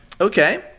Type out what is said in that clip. Okay